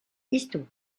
isto